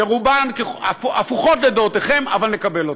שרובן הפוכות לדעותיכם, אבל נקבל אותן.